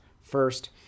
first